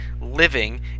living